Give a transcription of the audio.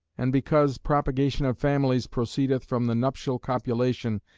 and because propagation of families proceedeth from the nuptial copulation,